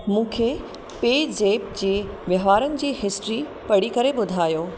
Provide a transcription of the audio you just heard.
मूंखे पे ज़ेप्प जे वहिंवारनि जी हिस्ट्री पढ़ी करे ॿुधायो